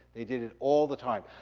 they did it all the time.